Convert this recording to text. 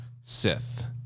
Sith